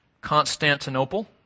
Constantinople